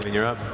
you're up.